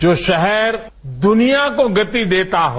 जो शहर दुनिया को गति देता हो